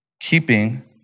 keeping